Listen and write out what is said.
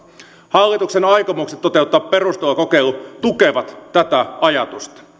hallituksen aikomukset toteuttaa perustulokokeilu tukevat tätä ajatusta